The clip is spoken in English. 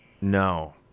No